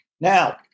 Now